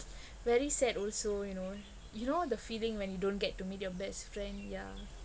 very sad also you know you know the feeling when you don't get to meet your best friend yeah